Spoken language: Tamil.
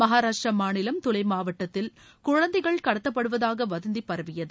மகாராஷ்டிர மாநிலம் துலே மாவட்டத்தில் குழந்தைகள் கடத்தப்படுவதாக வதந்தி பரவியது